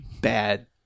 bad